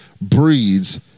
breeds